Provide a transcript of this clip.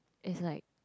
it's like